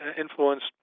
influenced